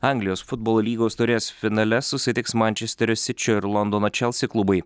anglijos futbolo lygos taurės finale susitiks mančesterio sičio ir londono čelsi klubai